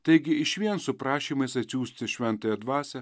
taigi išvien su prašymais atsiųsti šventąją dvasią